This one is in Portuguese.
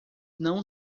não